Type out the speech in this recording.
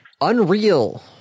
Unreal